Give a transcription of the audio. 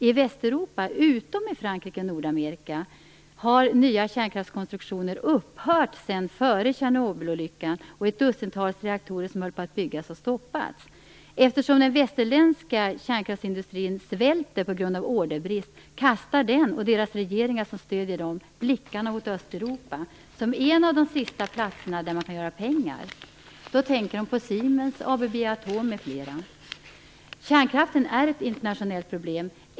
I Västeuropa, utom i Frankrike och Nordamerika, har nya kärnkraftskonstruktioner upphört sedan före Tjernobylolyckan och ett dussintals reaktorer som höll på att byggas har stoppats. Eftersom den västerländska känskraftsindustrin svälter på grund av orderbrist kastar den och de regeringar som stöder den blickarna mot Östeuropa, som en av de sista platserna där man kan göra pengar. De tänkte här på Siemens, ABB Atom m.fl. Kärnkraften är ett internationellt problem.